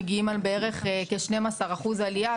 מגיעים בערך לכ-12% עלייה,